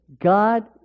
God